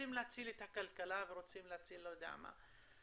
רוצים להציל את הכלכלה ורוצים להציל לא יודע מה,